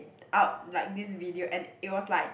out like this video and it was like